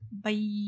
bye